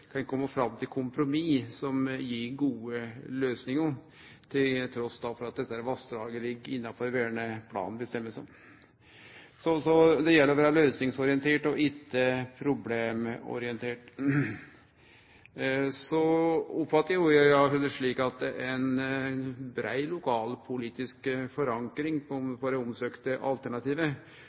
fram til kompromiss som gir gode løysingar, trass i at dette vassdraget ligg innanfor føresegnene i verneplanen. Det gjeld å vere løysingsorientert og ikkje problemorientert. Så oppfattar eg det òg slik at det er brei lokalpolitisk forankring for det alternativet det